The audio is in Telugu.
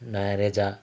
నరేజ